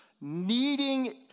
needing